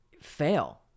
fail